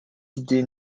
idées